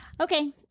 Okay